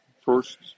first